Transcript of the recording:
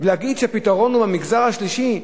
להגיד שהפתרון הוא המגזר השלישי?